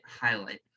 highlight